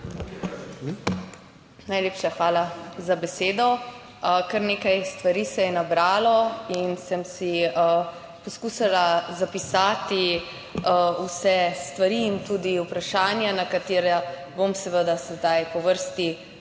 Najlepša hvala za besedo. Kar nekaj stvari se je nabralo in sem si poskušala zapisati vse stvari in tudi vprašanja, na katera bom seveda sedaj po vrsti odgovorila